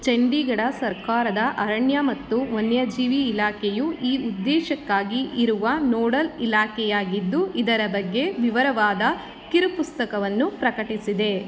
ಚಂಡೀಗಡ ಸರ್ಕಾರದ ಅರಣ್ಯ ಮತ್ತು ವನ್ಯ ಜೀವಿ ಇಲಾಖೆಯು ಈ ಉದ್ದೇಶಕ್ಕಾಗಿ ಇರುವ ನೋಡಲ್ ಇಲಾಖೆಯಾಗಿದ್ದು ಇದರ ಬಗ್ಗೆ ವಿವರವಾದ ಕಿರು ಪುಸ್ತಕವನ್ನು ಪ್ರಕಟಿಸಿದೆ